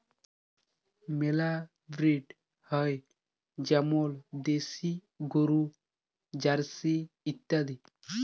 মেলা ব্রিড হ্যয় যেমল দেশি গরু, জার্সি ইত্যাদি